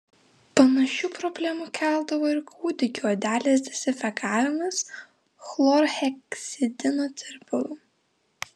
panašių problemų keldavo ir kūdikių odelės dezinfekavimas chlorheksidino tirpalu